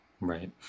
Right